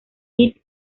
hit